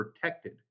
protected